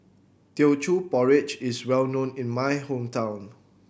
Teochew Porridge is well known in my hometown